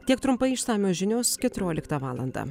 tiek trumpai išsamios žinios keturioliktą valandą